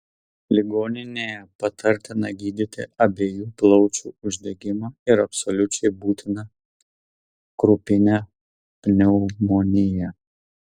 ligoninėje patartina gydyti abiejų plaučių uždegimą ir absoliučiai būtina krupinę pneumoniją